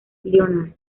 leonard